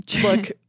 Look